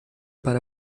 para